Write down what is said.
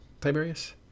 Tiberius